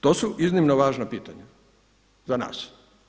To su iznimno važna pitanja za nas.